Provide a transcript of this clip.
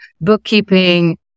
bookkeeping